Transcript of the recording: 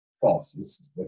false